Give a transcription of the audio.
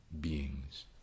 beings